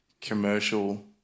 commercial